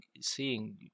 seeing